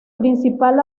principal